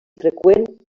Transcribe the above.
freqüent